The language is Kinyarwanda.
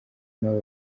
nabo